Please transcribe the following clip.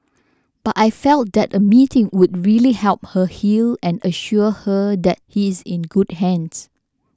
but I felt that a meeting would really help her heal and assure her that he's in good hands